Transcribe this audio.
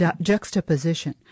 Juxtaposition